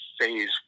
phase